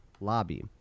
lobby